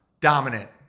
dominant